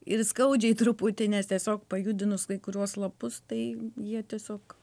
ir skaudžiai truputį nes tiesiog pajudinus kai kuriuos lapus tai jie tiesiog